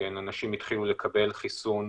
אולי כבר עשרות אלפים שהתחילו את החיסון.